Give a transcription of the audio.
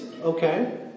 okay